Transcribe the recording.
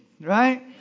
right